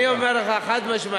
אני אומר לך חד-משמעית.